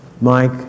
Mike